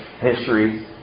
history